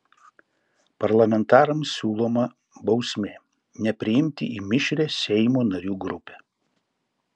parlamentarams siūloma bausmė nepriimti į mišrią seimo narių grupę